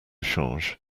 change